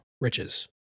riches